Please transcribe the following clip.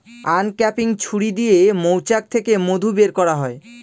uncapping ছুরি দিয়ে মৌচাক থেকে মধু বের করা হয়